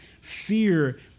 fear